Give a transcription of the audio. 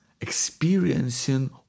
experiencing